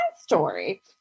story